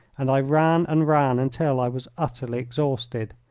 and i ran and ran until i was utterly exhausted.